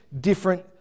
different